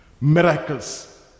miracles